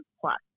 plus